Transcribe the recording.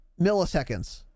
milliseconds